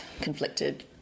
conflicted